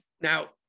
Now